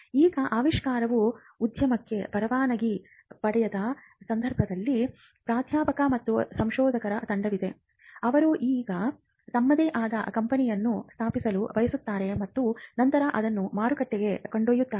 ಈಗ ಆವಿಷ್ಕಾರವು ಉದ್ಯಮಕ್ಕೆ ಪರವಾನಗಿ ಪಡೆಯದ ಸಂದರ್ಭಗಳಲ್ಲಿ ಪ್ರಾಧ್ಯಾಪಕರ ಮತ್ತು ಸಂಶೋಧಕರ ತಂಡವಿದೆ ಅವರು ಈಗ ತಮ್ಮದೇ ಆದ ಕಂಪನಿಯನ್ನು ಸ್ಥಾಪಿಸಲು ಬಯಸುತ್ತಾರೆ ಮತ್ತು ನಂತರ ಅದನ್ನು ಮಾರುಕಟ್ಟೆಗೆ ಕೊಂಡೊಯ್ಯುತ್ತಾರೆ